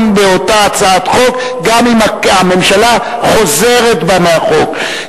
באותה הצעת חוק גם אם הממשלה חוזרת בה מהחוק.